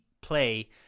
play